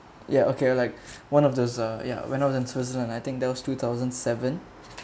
ya okay like one of those uh ya when I was in switzerland I think there was two thousand seven